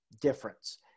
difference